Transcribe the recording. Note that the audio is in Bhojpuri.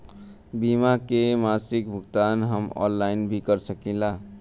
बीमा के मासिक भुगतान हम ऑनलाइन भी कर सकीला?